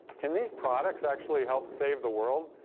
can these products actually help save the world?